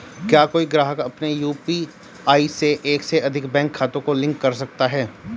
क्या कोई ग्राहक अपने यू.पी.आई में एक से अधिक बैंक खातों को लिंक कर सकता है?